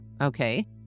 Okay